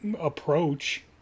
approach